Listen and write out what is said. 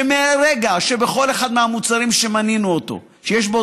שמהרגע שבכל אחד מהמוצרים שמנינו שיש בו